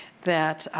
that